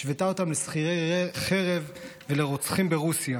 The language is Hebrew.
השוותה אותם לשכירי חרב ולרוצחים ברוסיה,